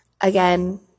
Again